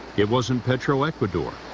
it wasn't petroecuador,